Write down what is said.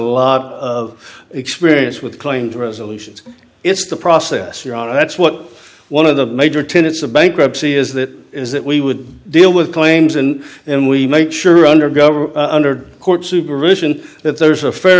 lot of experience with claims resolutions it's the process you're on and that's what one of the major tenets of bankruptcy is that is that we would deal with claims and and we make sure under government under court supervision that there's a fair